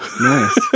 nice